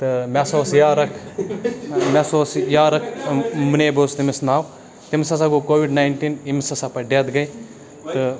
تہٕ مےٚ ہَسا اوس یار اَکھ مےٚ ہَسا اوس یار اَکھ مُنیٖب اوس تٔمِس ناو تٔمِس ہَسا گوٚو کووِڈ ناینٹیٖن ییٚمِس ہَسا پَتہ ڈٮ۪تھ گٔے تہٕ